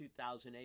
2008